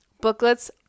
booklets